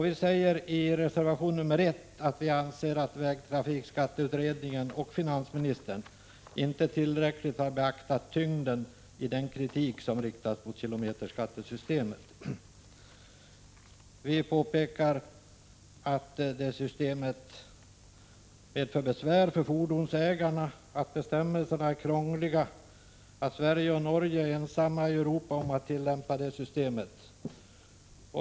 Vi säger i reservation 1 att vi anser att vägtrafikskatteutredningen och finansministern inte tillräckligt har beaktat tyngden i den kritik som riktats mot kilometerskattesystemet. Vi påpekar att — Prot. 1985/86:127 kilometerskattesystemet är för besvärligt för fordonsägare, att bestämmel 24 april 1986 serna är krångliga och att Sverige och Norge är ensamma i Europa om att tillämpa systemet.